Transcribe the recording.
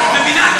את מבינה?